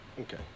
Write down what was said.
Okay